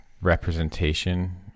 representation